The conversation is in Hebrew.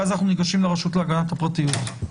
ואז אנחנו ניגשים לרשות להגנת הפרטיות.